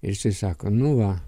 išsisako nu va